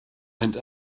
and